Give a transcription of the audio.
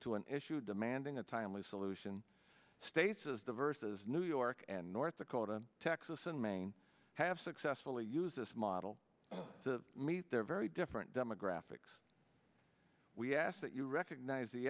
to an issue of mandan a timely solution states as diverse as new york and north dakota texas and maine have successfully used this model to meet their very different demographics we ask that you recognize the